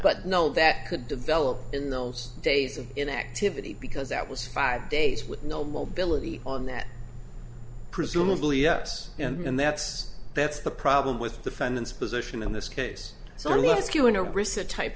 but no that could develop in those days of inactivity because that was five days with no mobility on that presumably yes and that's that's the problem with defendant's position in this case